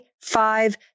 five